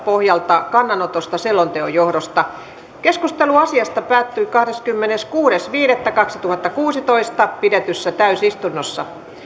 pohjalta kannanotosta selonteon johdosta keskustelu asiasta päättyi kahdeskymmeneskuudes viidettä kaksituhattakuusitoista pidetyssä täysistunnossa